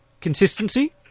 Consistency